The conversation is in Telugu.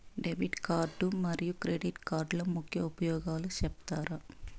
డెబిట్ కార్డు మరియు క్రెడిట్ కార్డుల ముఖ్య ఉపయోగాలు సెప్తారా?